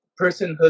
personhood